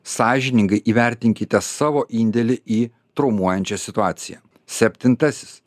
sąžiningai įvertinkite savo indėlį į traumuojančią situaciją septintasis